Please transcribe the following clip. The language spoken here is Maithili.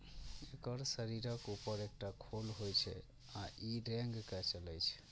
एकर शरीरक ऊपर एकटा खोल होइ छै आ ई रेंग के चलै छै